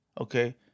okay